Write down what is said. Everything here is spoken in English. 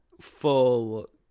full